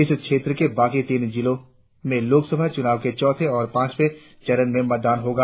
इस क्षेत्र के बाकी तीन जिलों में लोकसभा चुनाव के चौथे और पांचवें चरण में मतदान होगा